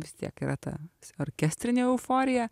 vis tiek yra ta orkestrinė euforija